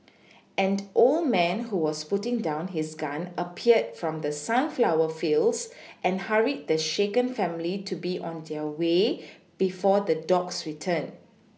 an old man who was putting down his gun appeared from the sunflower fields and hurried the shaken family to be on their way before the dogs return